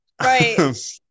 Right